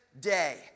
day